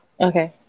Okay